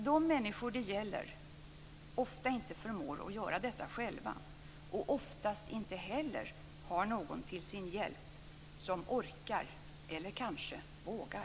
De människor det gäller förmår ju ofta inte själva att göra detta och oftast har de inte heller någon till sin hjälp som orkar eller kanske vågar.